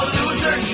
loser